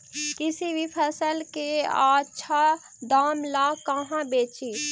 किसी भी फसल के आछा दाम ला कहा बेची?